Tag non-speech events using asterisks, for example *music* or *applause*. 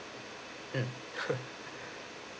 mm *laughs*